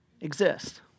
exist